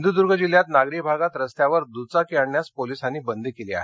सिंधुदूर्ग जिल्ह्यात नागरी भागात रस्त्यावर दुचाकी आणण्यास पोलिसांनी बंदी केली आहे